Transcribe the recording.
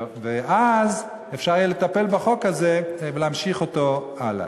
ואז אפשר יהיה לטפל בחוק הזה ולהמשיך אותו הלאה.